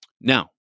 now